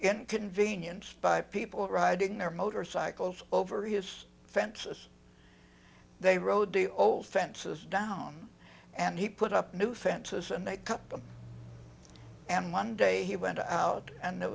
inconvenience by people riding their motorcycles over his fences they rode the old fences down and he put up new fences and they cut them and one day he went out and it